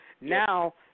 Now